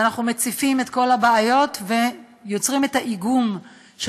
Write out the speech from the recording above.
אנחנו מציפים את כל הבעיות ויוצרים את האיגום של